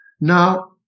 Now